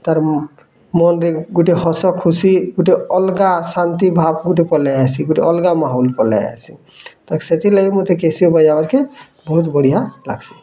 ତା'ର୍ ମନ୍ରେ ଗୁଟେ ହସ ଖୁସି ଗୁଟେ ଅଲଗା ଶାନ୍ତି ଭାବ୍ ଗୁଟେ ପଲେଇ ଆସି ଗୁଟେ ଅଲ୍ଗା ମାହୋଲ୍ ପଲେଇ ଆସି ତ ସେଥିର୍ ଲାଗି ମୋତେ କ୍ୟାସିଓ ବଜାବାର୍କେ ବହୁତ୍ ବଢ଼ିଆ ଲାଗ୍ସି